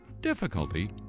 difficulty